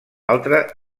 altra